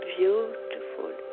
beautiful